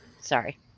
Sorry